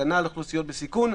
הגנה על אוכלוסיות בסיכון.